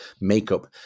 makeup